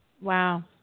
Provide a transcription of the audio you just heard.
Wow